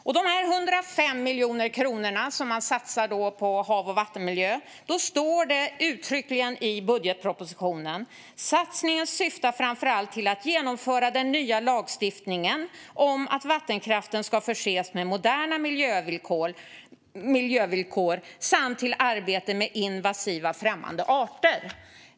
Om de 105 miljoner kronor som man satsar på havs och vattenmiljö står det uttryckligen i budgetpropositionen att satsningen framför allt syftar till att genomföra den nya lagstiftningen om att vattenkraften ska förses med moderna miljövillkor samt till arbete med invasiva främmande arter.